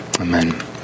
amen